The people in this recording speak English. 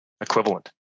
equivalent